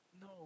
No